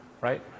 right